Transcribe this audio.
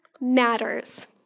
matters